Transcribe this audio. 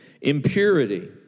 impurity